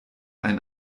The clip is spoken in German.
ein